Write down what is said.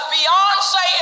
Beyonce